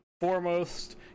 foremost